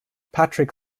patrick